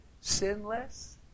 sinless